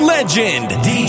Legend